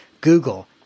Google